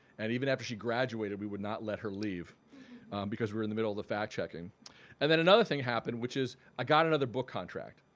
and even after she graduated we would not let her leave because we're in the middle of the fact-checking and then another thing happened which is i got another book contract.